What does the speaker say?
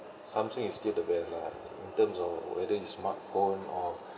samsung is still the best lah in terms of whether is smart phone or